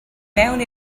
mewn